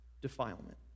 defilement